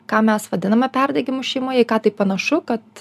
ką mes vadiname perdegimu šeimoje į ką tai panašu kad